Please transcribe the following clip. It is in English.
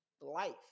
life